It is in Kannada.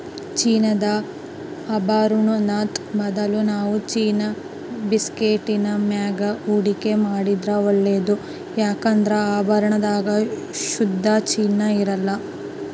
ಚಿನ್ನದ ಆಭರುಣುದ್ ಬದಲು ನಾವು ಚಿನ್ನುದ ಬಿಸ್ಕೆಟ್ಟಿನ ಮ್ಯಾಗ ಹೂಡಿಕೆ ಮಾಡಿದ್ರ ಒಳ್ಳೇದು ಯದುಕಂದ್ರ ಆಭರಣದಾಗ ಶುದ್ಧ ಚಿನ್ನ ಇರಕಲ್ಲ